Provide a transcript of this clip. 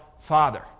father